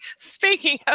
speaking of.